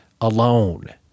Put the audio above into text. alone